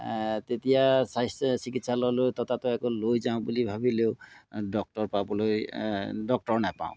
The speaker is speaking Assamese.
তেতিয়া স্বাস্থ্য চিকিৎসালয়লৈ ততাতয়াকৈ লৈ যাওঁ বুলি ভাবিলেও ডক্টৰ পাবলৈ ডক্টৰ নেপাওঁ